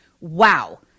wow